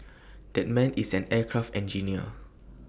that man is an aircraft engineer